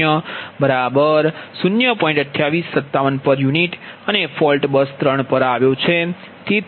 u અને fault bus 3 પર આવ્યો છે